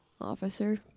officer